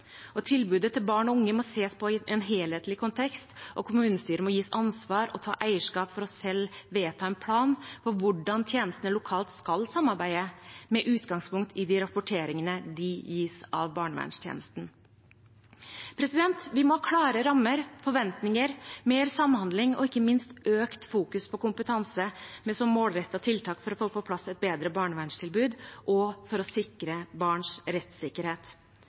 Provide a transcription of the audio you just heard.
og tilbudet til barn og unge må ses på i en helhetlig kontekst. Kommunestyret må gis ansvar og ta eierskap til selv å vedta en plan for hvordan tjenestene lokalt skal samarbeide, med utgangspunkt i de rapporteringene de gis av barnevernstjenesten. Vi må ha klare rammer, forventinger, mer samhandling og ikke minst økt fokus på kompetanse med målrettete tiltak for å få på plass et bedre barnevernstilbud og for å sikre barns rettssikkerhet.